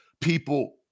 people